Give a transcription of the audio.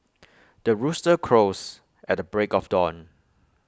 the rooster crows at the break of dawn